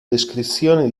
descrizione